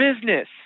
business